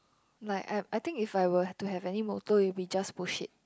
like I I think if I were to have any motto it will be just push it